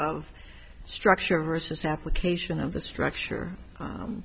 of structure versus application of the structure